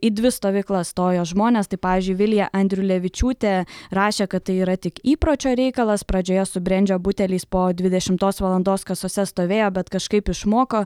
į dvi stovyklas stojo žmonės tai pavyzdžiui vilija andriulevičiūtė rašė kad tai yra tik įpročio reikalas pradžioje su brendžio buteliais po dvidešimtos valandos kasose stovėjo bet kažkaip išmoko